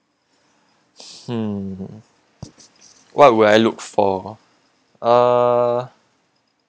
hmm what would I look for uh